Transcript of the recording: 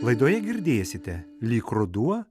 laidoje girdėsite lyg ruduo